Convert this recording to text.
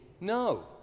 no